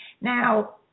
Now